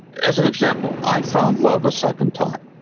as an example, i found love a second time